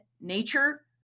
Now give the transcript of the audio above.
nature